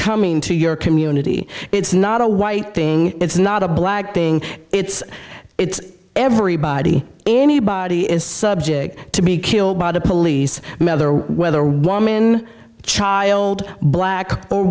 coming to your community it's not a white thing it's not a black thing it's it's everybody anybody is subject to be killed by the police whether one in child black or